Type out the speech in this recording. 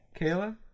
Kayla